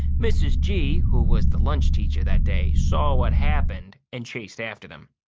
mrs. g, who was the lunch teacher that day, saw what happened and chased after them.